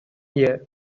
here